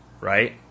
right